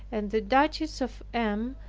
and the duchess of m,